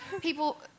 people